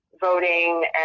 voting